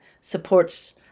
supports